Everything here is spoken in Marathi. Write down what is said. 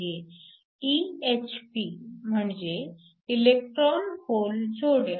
EHP म्हणजे इलेकट्रॉन होल जोड्या